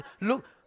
Look